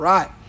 Right